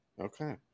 Okay